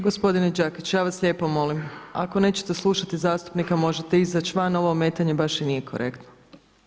Gospodine Đakić, ja vas lijepo molim, ako nećete slušati zastupnika možete izaći van, ovo ometanje baš i nije korektno.